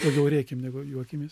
labiau rėkėm negu juokimės